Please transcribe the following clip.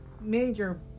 major